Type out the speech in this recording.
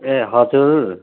ए हजुर